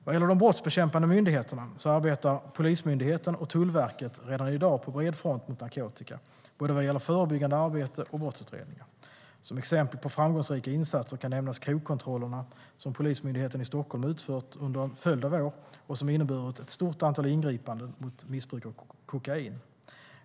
Vad gäller de brottsbekämpande myndigheterna arbetar polisen och Tullverket redan i dag på bred front mot narkotika vad gäller både förebyggande arbete och brottsutredningar. Som exempel på framgångsrika insatser kan nämnas krogkontrollerna som Polismyndigheten i Stockholms län utfört under en följd av år och som inneburit ett stort antal ingripanden mot missbruk av kokain.